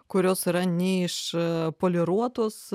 kurios yra neišpoliruotos